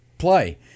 Play